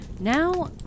Now